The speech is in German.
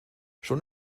schon